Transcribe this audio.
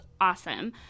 awesome